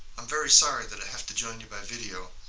ah very sorry that i have to join you by video.